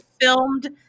filmed